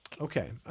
Okay